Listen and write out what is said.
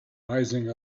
rising